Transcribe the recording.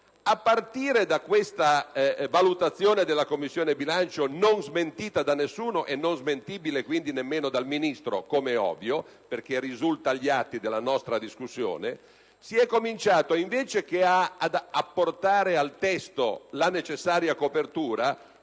A partire da questa valutazione della Commissione bilancio, non smentita da nessuno e non smentibile quindi nemmeno dal Ministro, com'è ovvio, perché risulta dagli atti della nostra discussione, non si è provveduto ad apportare al testo la necessaria copertura